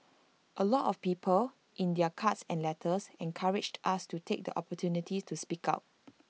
A lot of people in their cards and letters encouraged us to take the opportunity to speak out